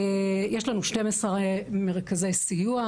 יש לנו 12 מרכזי סיוע,